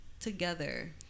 together